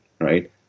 right